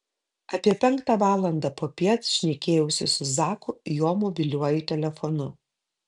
apie penktą valandą popiet šnekėjausi su zaku jo mobiliuoju telefonu